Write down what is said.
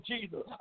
Jesus